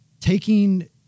taking